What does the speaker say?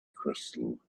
crystal